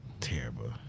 Terrible